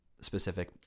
specific